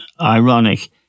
ironic